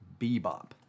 bebop